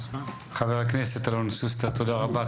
חבר הכנסת אלון שוסטר תודה רבה,